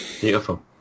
beautiful